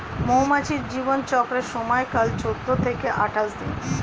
মৌমাছির জীবন চক্রের সময়কাল চৌদ্দ থেকে আঠাশ দিন